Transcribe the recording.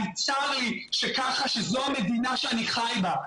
צר לי שזו המדינה שאני חי בה.